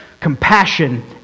compassion